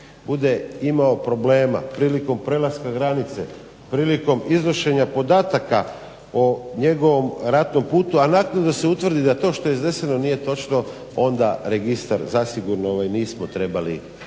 bude imao problema prilikom prelaska granice, prilikom iznošenja podataka o njegovom ratnom putu, a naknadno se utvrdi da to što je izneseno nije točno onda registar zasigurno nismo trebali objaviti,